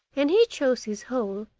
and he chose his hole,